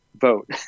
vote